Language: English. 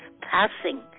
passing